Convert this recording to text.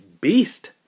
beast